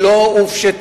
היא לא הופשטה.